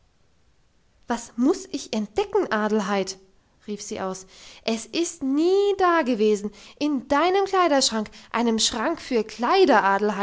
was muss ich entdecken adelheid rief sie aus es ist nie dagewesen in deinem kleiderschrank einem schrank für